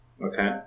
Okay